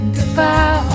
Goodbye